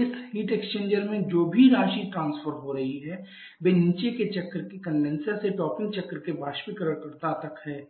तो इस heat exchanger में जो भी राशि ट्रांसफर हो रही है वह नीचे के चक्र के कंडेनसर से टॉपिंग चक्र के बाष्पीकरणकर्ता तक है